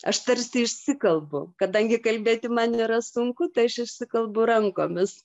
aš tarsi išsikalbu kadangi kalbėti man yra sunku tai aš išsikalbu rankomis